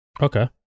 okay